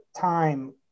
time